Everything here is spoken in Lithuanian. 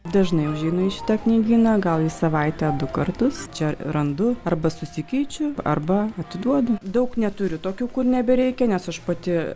dažnai užeinu į šitą knygyną gal į savaitę du kartus čia randu arba susikeičiu arba atiduodu daug neturiu tokių kur nebereikia nes aš pati